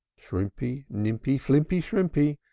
shrimpy, nimpy, flimpy, shrimpy.